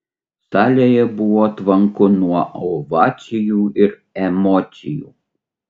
salėje buvo tvanku nuo ovacijų ir emocijų